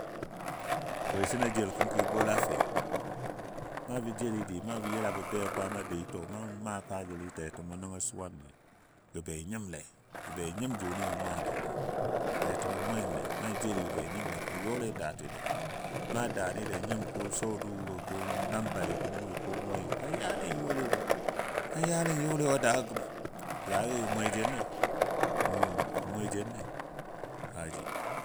Bwesən a jel kənki bola fe? Nabɔ jəli dɨ nabɔ yəla bə bei kwaama doui to nan maa kaajəli tɛtɛmo nəngɔ suwanle gə be nyimle, gə be nyim jʊni mou maalele tɛtɛmo mwenle nan jeli be nyimle kan yɔle datinɔ gəm. Na daani da. Nyim ko sɔdʊ wo ko nambalɨ ko we ko n we gə kan yalen yɔle wo. Kan yale yɔle wo daago gəm, mwe jenne mwe jenne kaji